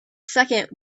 second